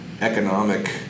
economic